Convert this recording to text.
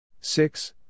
Six